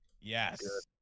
Yes